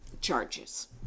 charges